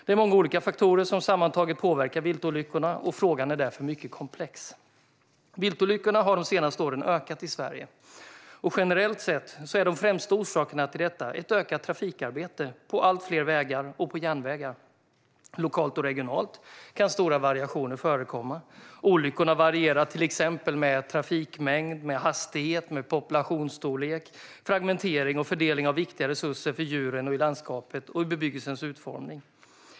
Det är många olika faktorer som sammantaget påverkar viltolyckorna, och frågan är därför mycket komplex. Viltolyckorna har de senaste åren ökat i Sverige. Generellt sett är de främsta orsakerna till detta ett ökat trafikarbete på allt fler vägar och järnvägar. Lokalt och regionalt kan stora variationer förekomma. Olyckorna varierar till exempel med trafikmängd, hastighet, populationsstorlek, fragmentering och fördelning av viktiga resurser för djuren i landskapet och bebyggelsens utformning.